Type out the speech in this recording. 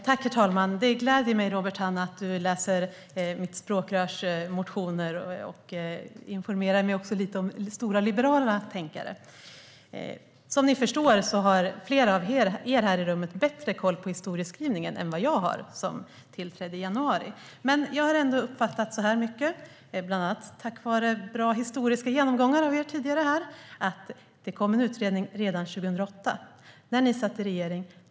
Herr talman! Det gläder mig, Robert Hannah, att du läser mitt språkrörs motioner och också informerar mig lite grann om stora liberala tänkare. Som ni förstår har flera av er här i rummet bättre koll på historieskrivningen än vad jag har som tillträdde i januari. Men jag har ändå uppfattat följande, bland annat tack vare bra historiska genomgångar av er tidigare här. Det kom en utredning redan 2008 när ni satt i regering.